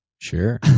Sure